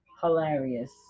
hilarious